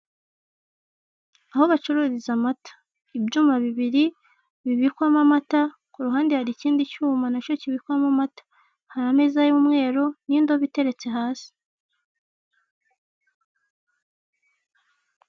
Aho bacururiza amata ibyuma bibiri bibikwamo amata ku ruhande hari ikindi cyuma nacyo kibikwamo amata, hari ameza y'umweru n'indobe iteretse hasi.